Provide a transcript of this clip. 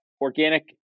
organic